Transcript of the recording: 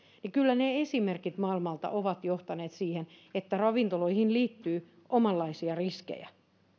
ja ne esimerkit maailmalta ovat johtaneet siihen että ravintoloihin liittyy omanlaisia riskejä